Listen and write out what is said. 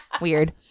weird